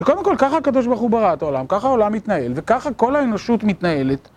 וקודם כל, ככה הקדוש ברוך הוא ברא את העולם, ככה העולם מתנהל, וככה כל האנושות מתנהלת.